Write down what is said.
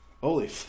Holy